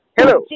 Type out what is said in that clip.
Hello